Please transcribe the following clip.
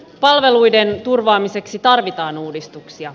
palveluiden turvaamiseksi tarvitaan uudistuksia